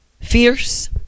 fierce